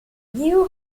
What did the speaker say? new